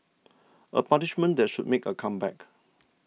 a punishment that should make a comeback